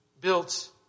built